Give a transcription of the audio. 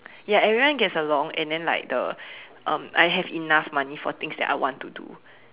ya everyone gets along and then like the um I have enough money for things I want to do